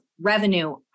revenue